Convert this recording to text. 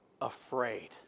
afraid